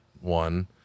one